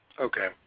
Okay